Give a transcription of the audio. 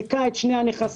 כשותף מעביר נכס